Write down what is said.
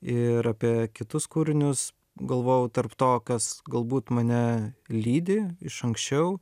ir apie kitus kūrinius galvojau tarp to kas galbūt mane lydi iš anksčiau